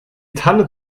tanne